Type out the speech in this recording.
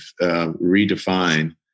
redefine